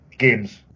games